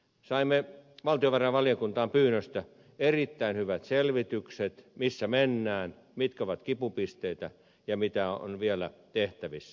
saimme valtiovarainvaliokuntaan pyynnöstä erittäin hyvät selvitykset missä mennään mitkä ovat kipupisteitä ja mitä on vielä tehtävissä